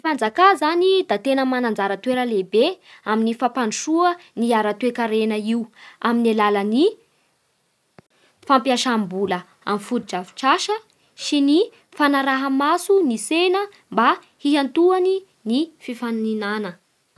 Fanjaka zany da tegna mana anjara-toera lehibe amin'ny fampandrosoa ny ara-toekarena io amin'ny alalan'ny fampiasam-bola amin'ny fotodrafi-trasa sys ny fanaraha maso ny tsena mba hihantihany ny fifaninana.